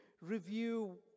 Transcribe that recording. Review